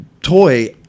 toy